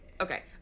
Okay